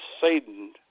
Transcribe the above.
Satan